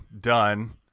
done